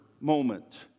moment